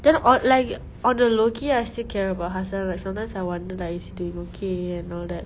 then on like on the low key I still care about hassan like sometimes I wonder like is he doing okay and all that